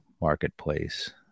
Marketplace